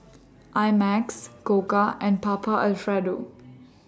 I Max Koka and Papa Alfredo